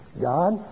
God